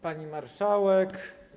Pani Marszałek!